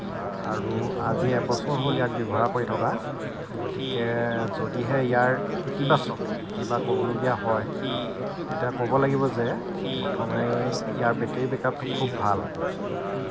আৰু আজি এবছৰ হ'ল ইয়াক ব্যৱহাৰ কৰি থকা গতিকে যদিহে ইয়াৰ ইতিবাচক কিবা ক'বলগীয়া হয় তেতিয়া ক'ব লাগিব যে প্ৰথমেই ইয়াৰ বেটেৰী বেকআপটো খুব ভাল